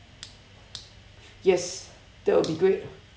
yes that will be great